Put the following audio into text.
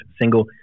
single